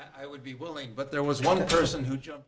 i would be willing but there was one person who ju